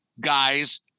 guys